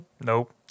Nope